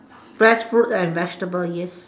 fresh fruit and vegetable yes